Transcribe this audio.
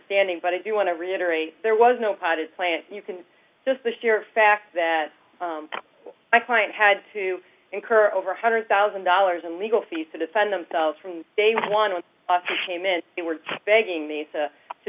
standing but i do want to reiterate there was no potted plant you can just the sheer fact that my client had to incur over one hundred thousand dollars in legal fees to defend themselves from day one with came in and were begging me to